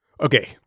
Okay